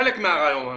חלק מהרעיון.